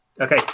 Okay